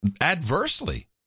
adversely